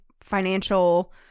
financial